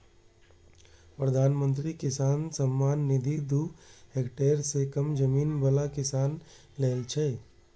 प्रधानमंत्री किसान सम्मान निधि दू हेक्टेयर सं कम जमीन बला किसान लेल छै